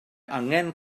angen